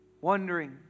wondering